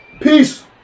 Peace